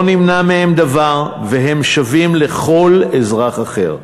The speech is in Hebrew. לא נמנע מהם דבר, והם שווים לכל אזרח אחר.